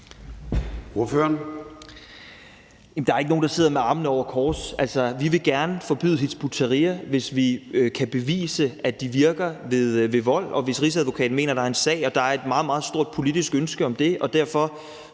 der er ikke nogen, der sidder med armene over kors. Vi vil gerne forbyde Hizb ut-Tahrir, hvis vi kan bevise, at de virker ved vold, og hvis Rigsadvokaten mener, at der er en sag. Der er et meget, meget stort politisk ønske om det, og derfor